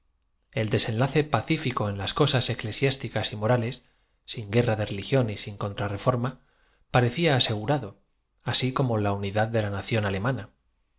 el desenlace paciñco en laa cosas eclesiásticas y morales sin gue r ra de religión y sin contrareforma p arecia ase gurado así como la unidad de la nación alemana